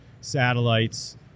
satellites